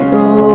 go